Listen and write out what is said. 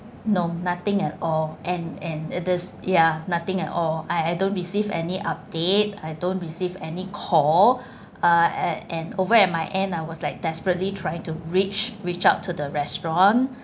no nothing at all and and it is ya nothing at all I I don't receive any update I don't receive any call uh and and over at my end I was like desperately trying to reach reach out to the restaurant